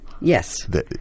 Yes